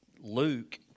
Luke